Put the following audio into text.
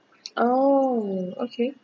oh okay